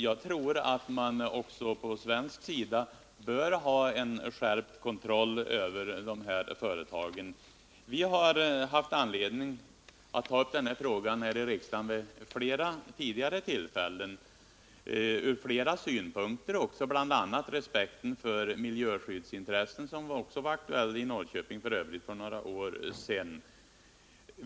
Jag tror att man också på svensk sida bör skärpa kontrollen över de här företagen. Vi har haft anledning att här i riksdagen ta upp frågan vid flera tillfällen och då från olika utgångspunkter, bl.a. med hänsyn till respekten för miljöintressen. Även den frågan var aktuell i Norrköping för några år sedan.